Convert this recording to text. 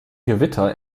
gewitter